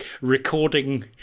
recording